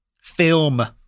film